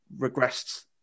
regressed